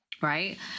right